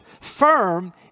firm